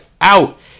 out